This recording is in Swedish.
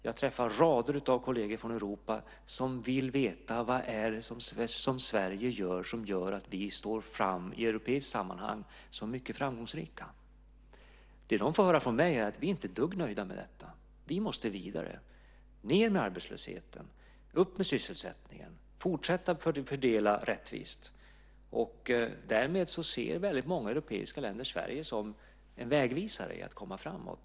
Jag träffar rader av kolleger från Europa som vill veta vad det är som Sverige gör som gör att vi i europeiska sammanhang framstår som mycket framgångsrika. Det som de får höra från mig är: Vi är inte ett dugg nöjda. Vi måste vidare. Ned med arbetslösheten! Upp med sysselsättningen! Fortsätt att fördela rättvist! Därmed ser väldigt många europeiska länder Sverige som en vägvisare när det gäller att komma framåt.